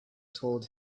told